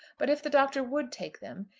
but if the doctor would take them,